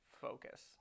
focus